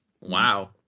wow